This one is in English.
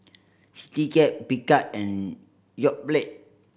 Citycab Picard and Yoplait